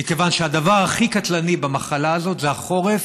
מפני שהדבר הכי קטלני במחלה הזאת זה החורף,